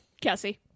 Cassie